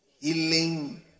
healing